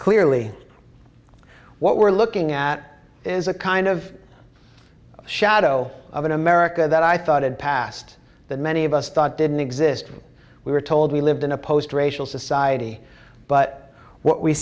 clearly what we're looking at is a kind of shadow of an america that i thought had passed that many of us thought didn't exist when we were told we lived in a post racial society but what we